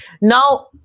Now